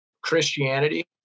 christianity